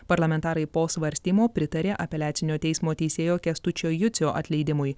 parlamentarai po svarstymo pritarė apeliacinio teismo teisėjo kęstučio jucio atleidimui